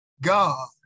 God